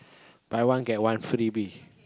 buy one get one freebie